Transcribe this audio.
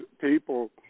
people –